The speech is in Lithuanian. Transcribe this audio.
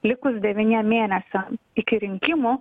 likus devyniem mėnesiam iki rinkimų